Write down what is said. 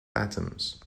atoms